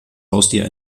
haustier